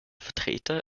vertreter